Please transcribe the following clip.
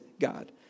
God